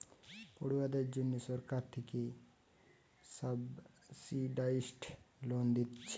পড়ুয়াদের জন্যে সরকার থিকে সাবসিডাইস্ড লোন দিচ্ছে